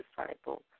disciple